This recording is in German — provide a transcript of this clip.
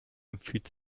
empfiehlt